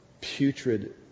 putrid